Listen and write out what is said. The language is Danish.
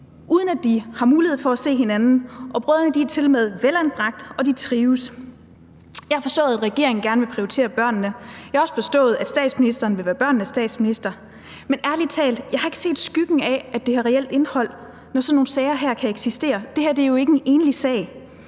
uden at de har mulighed for at se hinanden, og brødrene er tilmed velanbragt, og de trives. Jeg har forstået, at regeringen gerne vil prioritere børnene. Jeg har også forstået, at statsministeren vil være børnenes statsminister. Men ærlig talt, jeg har ikke set skyggen af, at det har reelt indhold, når sådan nogle sager her kan eksistere. Det her er jo ikke en enlig sag.